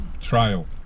trial